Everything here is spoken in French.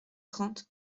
trente